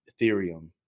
Ethereum